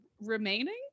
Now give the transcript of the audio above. remaining